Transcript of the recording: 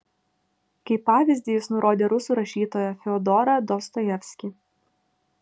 kaip pavyzdį jis nurodė rusų rašytoją fiodorą dostojevskį